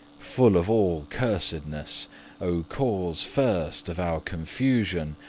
full of all cursedness o cause first of our confusion,